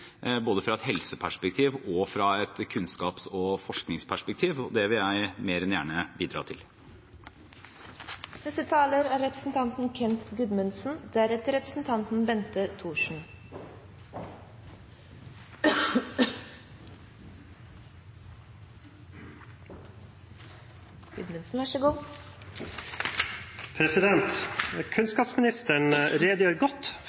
fra et kunnskaps- og forskningsperspektiv. Det vil jeg mer enn gjerne bidra til.